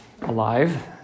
alive